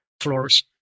floors